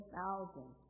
thousand